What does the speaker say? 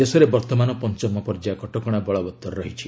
ଦେଶରେ ବର୍ତ୍ତମାନ ପଞ୍ଚମ ପର୍ଯ୍ୟାୟ କଟକଣା ବଳବତ୍ତର ରହିଛି